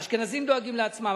האשכנזים דואגים לעצמם,